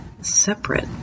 separate